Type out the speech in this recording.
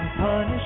Punish